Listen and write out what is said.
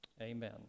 amen